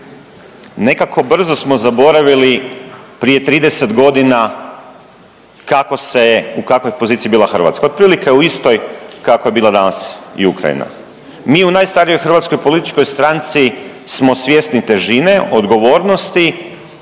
Nekako brzo smo zaboravili prije 30 godina kako se, u kakvoj je poziciji bila Hrvatska, otprilike u istoj kakvoj je bila danas i Ukrajina. Mi u najstarijoj hrvatskoj političkoj stranci smo svjesni težine odgovornosti,